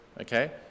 Okay